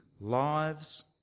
lives